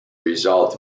result